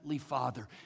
father